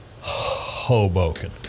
Hoboken